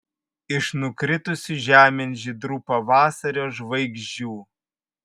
iš nukritusių žemėn žydrų pavasario žvaigždžių